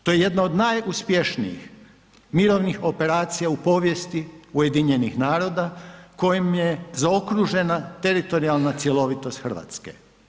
To je jedna od najuspješnijih mirovnih operacija u povijesti UN-a kojim je zaokružena teritorijalna cjelovitost Hrvatske.